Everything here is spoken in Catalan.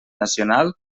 nacional